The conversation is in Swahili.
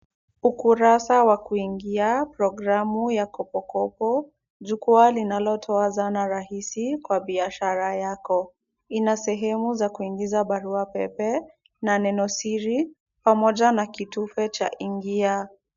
Ukurasa wa kuingia programu ya pokopoko jukwaa linalotoa zana rahisi kwa biashara yako. Lina sehemu za kuingiza barua pepe na neno siri pamoja na kitufe cha ingia.